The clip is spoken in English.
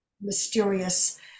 mysterious